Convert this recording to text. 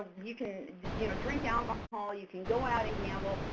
you can you know drink alcohol, you can go out and gamble.